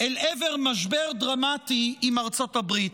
אל עבר משבר דרמטי עם ארצות הברית.